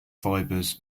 fibers